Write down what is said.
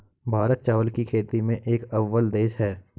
भारत चावल की खेती में एक अव्वल देश है